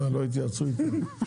לא התייעצו איתה.